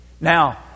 Now